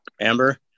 amber